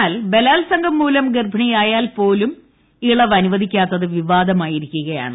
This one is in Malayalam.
എന്നാൽ ബലാൽസംഗം മൂലം ഗർഭിണിയായാൽ പോലും ഇളവ് അനുവദിക്കാത്തത് വിവാദമായിരിക്കുകയാണ്